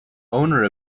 owner